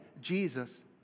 Jesus